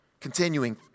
Continuing